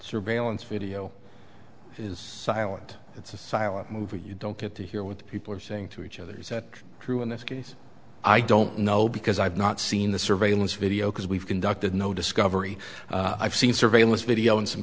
surveillance video is silent it's a silent movie you don't get to hear what people are saying to each other's true in this case i don't know because i've not seen the surveillance video because we've conducted no discovery i've seen surveillance video